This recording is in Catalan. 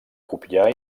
copiar